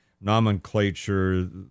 nomenclature